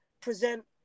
present